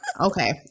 Okay